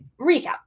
recap